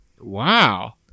Wow